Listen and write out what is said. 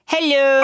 Hello